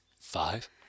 Five